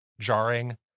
Jarring